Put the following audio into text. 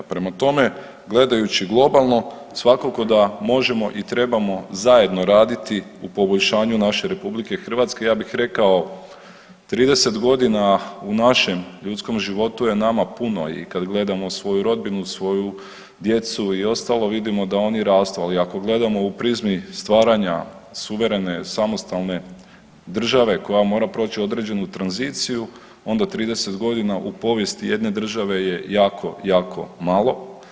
Prema tome, gledajući globalno svakako da možemo i trebamo zajedno raditi u poboljšanju naše RH, ja bih rekao 30 godina u našem ljudskom životu je nama puno i kada gledamo svoju rodbinu, svoju djecu i ostalo vidimo da oni rastu, ali ako gledamo u prizmi stvaranja suverene, samostalne države koja mora proći određenu tranziciju onda 30 godina u povijesti jedne države je jako, jako malo.